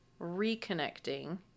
reconnecting